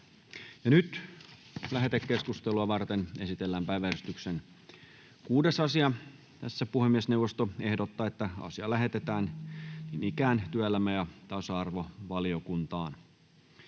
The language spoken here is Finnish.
Lähetekeskustelua varten esitellään päiväjärjestyksen 6. asia. Puhemiesneuvosto ehdottaa, että asia lähetetään työelämä- ja tasa-arvovaliokuntaan.